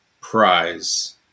prize